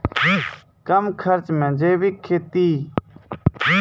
कम खर्च मे जैविक खेती?